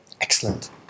Excellent